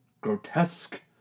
grotesque